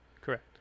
Correct